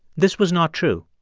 this was not true.